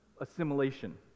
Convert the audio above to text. assimilation